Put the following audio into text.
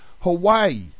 Hawaii